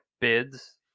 bids